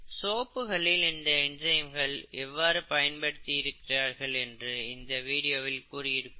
சோப்புகளில் இந்த என்சைம்கள் எவ்வாறு பயன்படுத்தி இருக்கிறார்கள் என்று இந்த வீடியோவில் கூறியிருப்பார்கள்